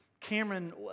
Cameron